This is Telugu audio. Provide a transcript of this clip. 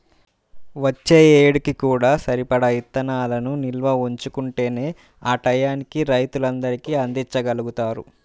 వచ్చే ఏడుకి కూడా సరిపడా ఇత్తనాలను నిల్వ ఉంచుకుంటేనే ఆ టైయ్యానికి రైతులందరికీ అందిచ్చగలుగుతారు